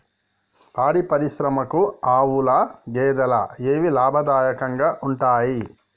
పాడి పరిశ్రమకు ఆవుల, గేదెల ఏవి లాభదాయకంగా ఉంటయ్?